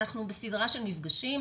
אנחנו בסדרה של מפגשים,